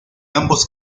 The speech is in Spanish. ambos